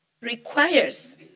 requires